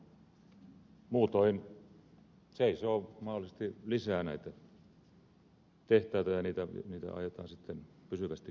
muutoin seisoo mahdollisesti lisää näitä tehtaita ja niitä ajetaan sitten pysyvästikin alas